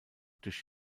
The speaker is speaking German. durch